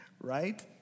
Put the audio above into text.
right